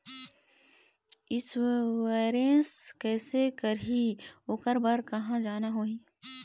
Insurance कैसे करही, ओकर बर कहा जाना होही?